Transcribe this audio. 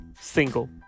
single